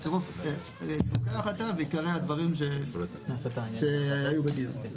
בצירוף ההחלטה ועיקרי הדברים שהיו בדיון.